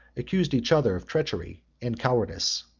accused each other of treachery and cowardice.